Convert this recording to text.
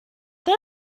they